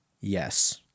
Yes